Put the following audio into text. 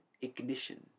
ignition